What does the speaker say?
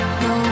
no